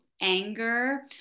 anger